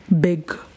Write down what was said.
big